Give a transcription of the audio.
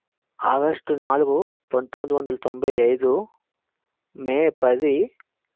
August నాలుగు పంతొమ్మిది వందల తొంభై ఐదు మే పది